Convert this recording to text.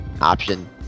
option